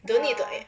ah